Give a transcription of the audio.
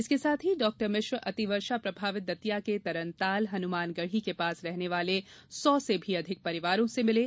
इसके साथ ही डॉक्टर मिश्र अतिवर्षा प्रभावित दतिया के तरन ताल हनुमान गढ़ी के पास रहने वाले सौ से अधिक परिवारों से मिले